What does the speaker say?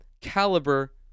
caliber